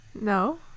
No